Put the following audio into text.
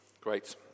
Great